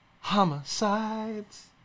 homicides